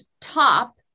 top